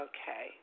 Okay